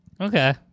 Okay